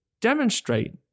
demonstrate